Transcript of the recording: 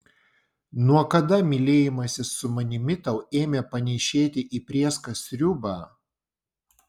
nuo kada mylėjimasis su manimi tau ėmė panėšėti į prėską sriubą